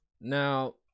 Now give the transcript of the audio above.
Now